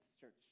church